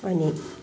अनि